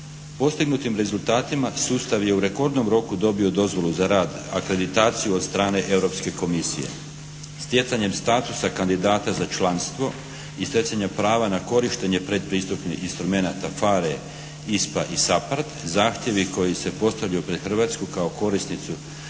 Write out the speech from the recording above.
Postignutim rezultatima sustav je u rekordnom roku dobio dozvolu za rad, akreditaciju od strane Europske komisije. Stjecanjem statusa kandidata za članstvo i stjecanje prava na korištenje predpristupnih instrumenata PHARE, ISPA i SAPARD zahtjevi koji se postavljaju pred Hrvatsku kao korisnicu